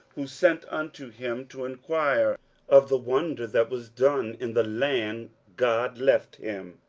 who sent unto him to enquire of the wonder that was done in the land, god left him,